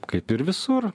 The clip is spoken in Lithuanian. kaip ir visur